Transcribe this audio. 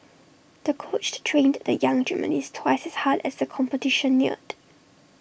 the coached trained the young gymnast twice as hard as the competition neared